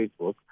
Facebook